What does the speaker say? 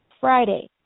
Friday